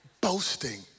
Boasting